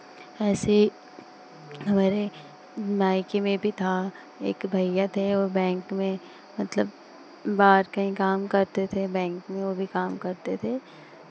ऐसे हमारे मायके में भी था एक भैया थे वो बैंक में मतलब बाहर कहीं काम करते थे बैंक में वो भी काम करते थे